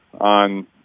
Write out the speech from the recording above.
on